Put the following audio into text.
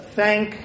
thank